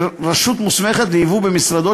רשות מוסמכת ליבוא במשרדו,